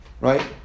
right